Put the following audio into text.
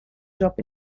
job